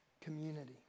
community